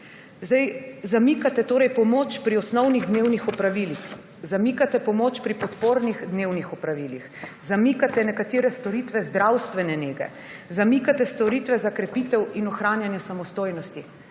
Zamikate torej pomoč pri osnovnih dnevnih opravilih. Zamikate pomoč pri podpornih dnevnih opravilih. Zamikate nekatere storitve zdravstvene nege. Zamikate storitve za krepitev in ohranjanje samostojnosti.